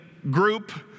group